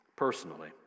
Personally